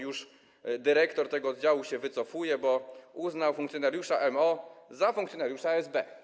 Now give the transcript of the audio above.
Już dyrektor tego oddziału się wycofuje, bo uznał funkcjonariusza MO za funkcjonariusza SB.